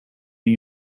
new